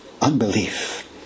unbelief